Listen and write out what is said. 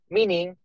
Meaning